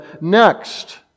next